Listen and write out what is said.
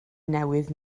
newydd